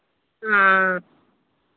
ആ